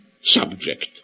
subject